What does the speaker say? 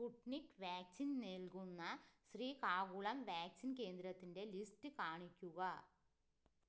Sputnik vaccine നൽകുന്ന Srikakulam vaccine കേന്ദ്രത്തിൻ്റെ list കാണിക്കുക